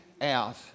out